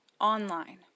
online